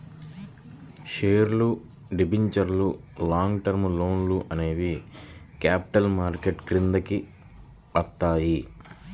షేర్లు, డిబెంచర్లు, long term లోన్లు అనేవి క్యాపిటల్ మార్కెట్ కిందికి వత్తయ్యి